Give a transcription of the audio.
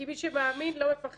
כי מי שמאמין לא מפחד.